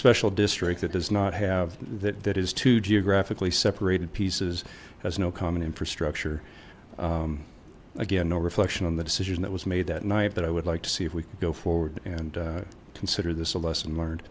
special district that does not have that that is to geographically separated pieces has no common infrastructure again no reflection on the decision that was made that night that i would like to see if we can go forward and consider this a lesson learn